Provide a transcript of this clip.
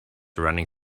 running